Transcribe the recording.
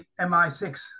MI6